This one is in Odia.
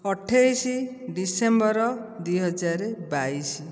ଅଠେଇଶ ଡିସେମ୍ବର ଦୁଇ ହଜାର ବାଇଶ